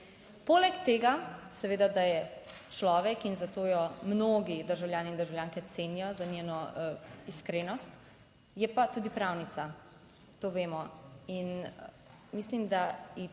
Poleg tega seveda, da je človek in zato jo mnogi državljani in državljanke cenijo za njeno iskrenost, je pa tudi pravnica, to vemo, in mislim, da ji